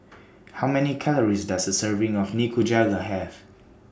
How Many Calories Does A Serving of Nikujaga Have